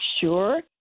sure